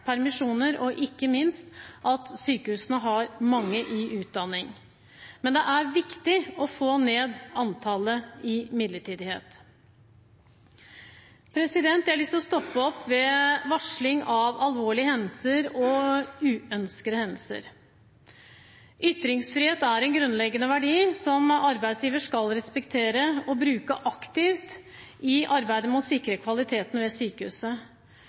permisjoner og ikke minst at sykehusene har mange i utdanning. Men det er viktig å få ned antallet i midlertidige stillinger. Jeg har lyst til å stoppe opp ved varsling av alvorlige hendelser og uønskede hendelser. Ytringsfrihet er en grunnleggende verdi som arbeidsgiver skal respektere og bruke aktivt i arbeidet med å sikre kvaliteten ved sykehuset.